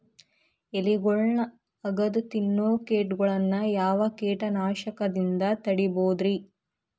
ಎಲಿಗೊಳ್ನ ಅಗದು ತಿನ್ನೋ ಕೇಟಗೊಳ್ನ ಯಾವ ಕೇಟನಾಶಕದಿಂದ ತಡಿಬೋದ್ ರಿ?